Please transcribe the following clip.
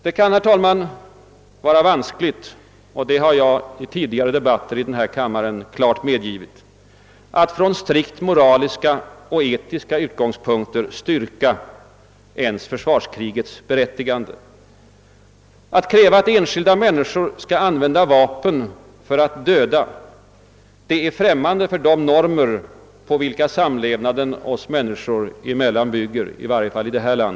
Det kan vara vanskligt — och det har jag vid tidigare debatter här i kammaren medgivit — att från strikt moraliska och etiska utgångspunkter styrka t.o.m. försvarskrigets berättigande. Att kräva av enskilda människor att de skall använda vapen i syfte att döda är främmande för de normer på vilka samlevnaden oss människor emellan bygger, i varje fall i detta land.